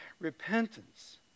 repentance